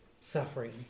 suffering